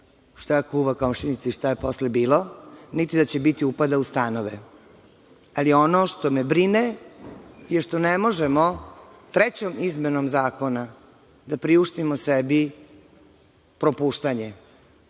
šta kuva komšinica i šta je posle bilo niti da će biti upada u stanove. Ono što me brine je što ne možemo trećom izmenom zakona da priuštimo sebi propuštanje,